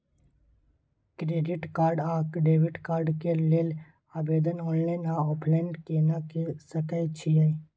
Credit card आ debit card के लेल आवेदन ऑनलाइन आ ऑफलाइन केना के सकय छियै?